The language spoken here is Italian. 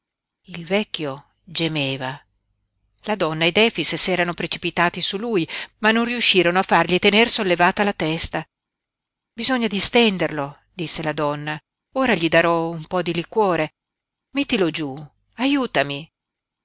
il vecchio gemeva la donna ed efix s'erano precipitati su lui ma non riuscirono a fargli tener sollevata la testa bisogna distenderlo disse la donna ora gli darò un po di liquore mettilo giú aiutami